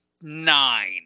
nine